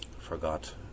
forgot